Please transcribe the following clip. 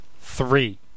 Three